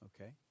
Okay